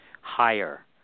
higher